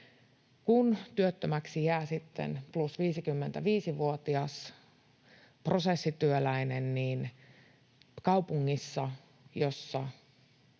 Kun työttömäksi jää sitten plus 55-vuotias prosessityöläinen, niin kaupungissa, jossa